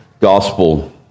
gospel